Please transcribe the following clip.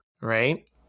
right